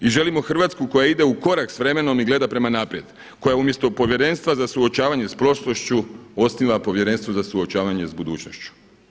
I želimo Hrvatsku koja ide u korak s vremenom i gleda prema naprijed koja umjesto povjerenstva za suočavanje s prošlošću osniva povjerenstvo za suočavanje s budućnošću.